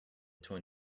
twin